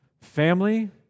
family